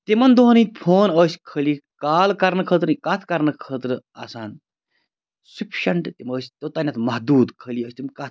تِمَن دۄہَن ہِنٛدۍ فون ٲسۍ خٲلی کال کَرنہٕ خٲطرٕ کَتھ کَرنہٕ خٲطرٕ آسان سِفشَنٛٹہٕ تِم ٲسۍ توٚتانیٚتھ محدوٗد خٲلی ٲسۍ تِم کَتھ